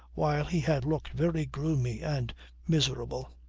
while he had looked very gloomy and miserable.